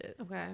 Okay